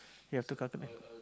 you have to calculate